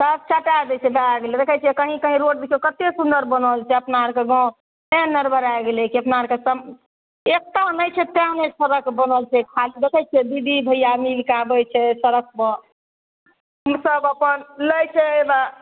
सब चटे दइ छै भए गेलय देखय छियै कहीं कहीं रोड देखियौ कते सुन्दर बनल छै अपना आरके गाँव तै नरबरा गेलय कि अपना आरके एकटा नहि छै तैँ ने सड़क बनल छै खाली देखय छियै दीदी भैया मिलकऽ आबय छै सड़कपर ई सभ अपन लै छै